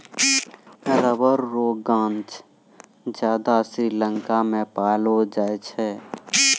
rubber रो गांछ ज्यादा श्रीलंका मे पैलो जाय छै